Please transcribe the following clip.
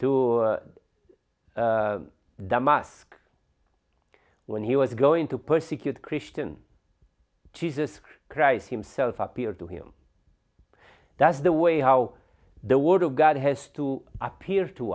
musk when he was going to persecute christian jesus christ himself appeared to him that's the way how the word of god has to appear to